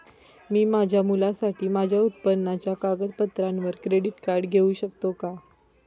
मी माझ्या मुलासाठी माझ्या उत्पन्नाच्या कागदपत्रांवर क्रेडिट कार्ड घेऊ शकतो का?